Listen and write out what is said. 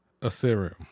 ethereum